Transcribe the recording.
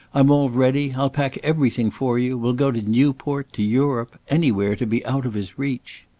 i'm all ready i'll pack everything for you we'll go to newport to europe anywhere, to be out of his reach!